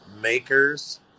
makers